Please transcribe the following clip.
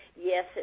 yes